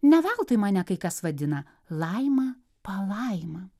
ne veltui mane kai kas vadina laima palaima